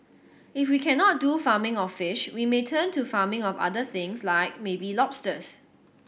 if we cannot do farming of fish we may turn to farming of other things like maybe lobsters